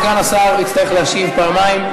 סגן השר יצטרך להשיב פעמיים.